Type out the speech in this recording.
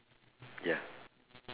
ya